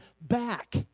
back